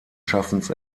schaffens